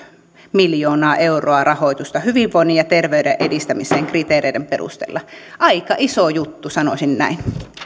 miljoonaa euroa rahoitusta hyvinvoinnin ja terveyden edistämiseen kriteereiden perusteella aika iso juttu sanoisin näin